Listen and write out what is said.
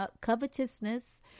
covetousness